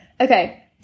Okay